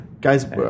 Guys